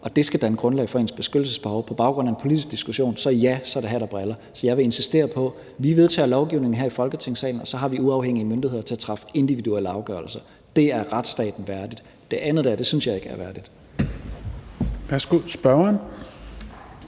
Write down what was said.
og det skal danne grundlag for ens beskyttelsesbehov på baggrund af en politisk diskussion, så ja, er det hat og briller. Så jeg vil insistere på, at vi vedtager lovgivning her i Folketingssalen, og at vi så har uafhængige myndigheder til at træffe individuelle afgørelser. Det er retsstaten værdigt. Det andet der synes jeg ikke er værdigt.